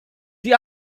the